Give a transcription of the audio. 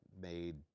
made